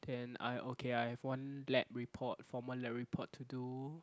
then I okay I have one lab report formal lab report to do